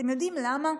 אתם יודעים למה?